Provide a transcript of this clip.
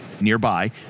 nearby